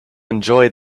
enjoy